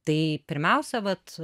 tai pirmiausia vat